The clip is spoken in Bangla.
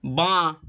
বাঁ